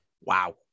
Wow